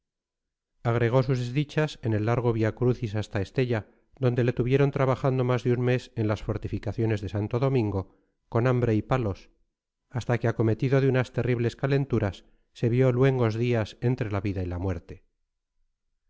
agregó sus desdichas en el largo via crucis hasta estella donde le tuvieron trabajando más de un mes en las fortificaciones de santo domingo con hambre y palos hasta que acometido de unas terribles calenturas se vio luengos días entre la vida y la muerte